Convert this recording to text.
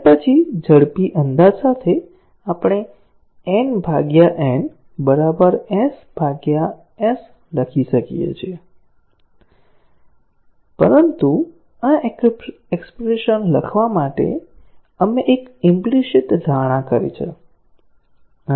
અને પછી ઝડપી અંદાજ સાથે આપણે n N બરાબર s S લખી શકીએ છીએ પરંતુ આ એક્ષ્પ્રેશન લખવા માટે આપણે એક ઈમ્પલીસીટ ધારણા કરી છે